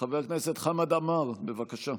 חבר הכנסת חמד עמאר, בבקשה.